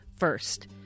First